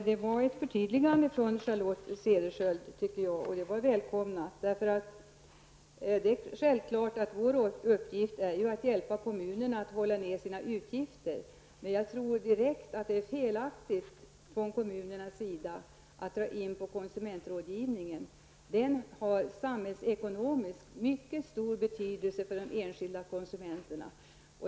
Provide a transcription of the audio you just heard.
Herr talman! Det var ett välkommet förtydligande av Charlotte Cederschiöld. Självklart är vår uppgift att hjälpa kommunerna att hålla nere sina utgifter. Men jag tror ändå att det är direkt felaktigt av kommunerna att dra in konsumentrådgivningen. Den har samhällsekonomiskt mycket stor betydelse liksom betydelse för de enskilda konsumenterna.